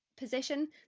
position